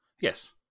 Yes